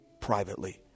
privately